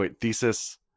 thesis